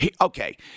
okay